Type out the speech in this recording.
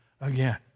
again